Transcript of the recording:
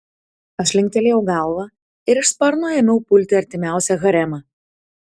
aš linktelėjau galvą ir iš sparno ėmiau pulti artimiausią haremą